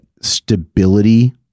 stability